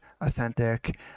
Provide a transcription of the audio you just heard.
authentic